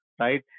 right